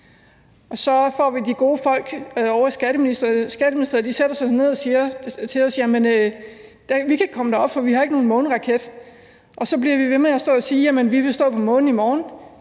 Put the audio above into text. Så sætter de gode folk ovre i Skatteministeriet sig ned og siger til os: Vi kan ikke komme derop, for vi har ikke nogen måneraket. Men vi bliver ved med at stå og sige: Jamen vi vil stå på månen i morgen.